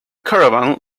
caravan